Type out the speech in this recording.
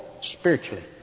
spiritually